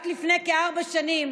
רק לפני כארבע שנים,